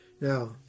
Now